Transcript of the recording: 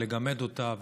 ולגמד אותה,